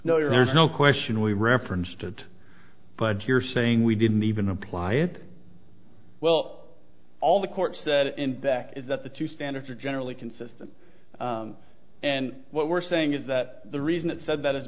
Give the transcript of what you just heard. no there's no question we referenced it but you're saying we didn't even apply it well all the court said is that the two standards are generally consistent and what we're saying is that the reason it said that is